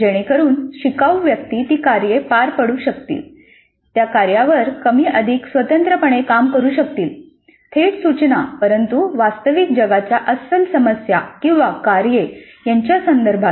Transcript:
जेणेकरुन शिकाऊ व्यक्ती ती कार्ये पार पाडू शकतील त्या कार्यांवर कमी अधिक स्वतंत्र पणे काम करू शकतील थेट सूचना परंतु वास्तविक जगाच्या अस्सल समस्या किंवा कार्ये यांच्या संदर्भात